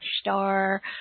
star